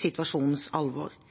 situasjonens alvor.